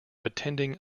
attending